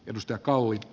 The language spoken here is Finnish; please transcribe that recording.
timo kalli